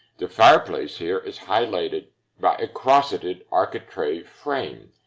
the fireplace here is highlighted by a crossetted architrave frame,